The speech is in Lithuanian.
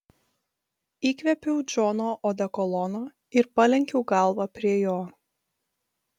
įkvėpiau džono odekolono ir palenkiau galvą prie jo